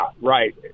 right